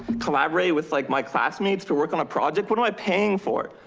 collaborate with like my classmates to work on a project. what am i paying for?